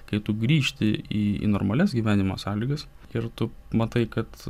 kai tu grįžti į į normalias gyvenimo sąlygas ir tu matai kad